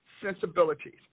sensibilities